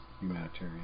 humanitarian